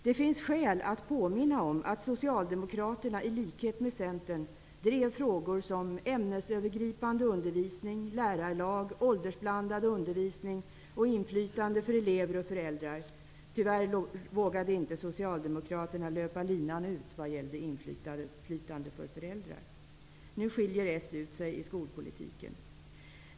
Det finns skäl att påminna om att Socialdemokraterna, i likhet med Centern, drev frågor som ämnesövergripande undervisning, lärarlag, åldersblandad undervisning och inflytande för elever och föräldrar. Tyvärr vågade inte Socialdemokraterna löpa linan ut när det gällde inflytande för föräldrar. Nu skiljer ni socialdemokrater ut er i skolpolitiken.